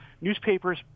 newspapers